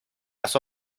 las